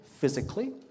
physically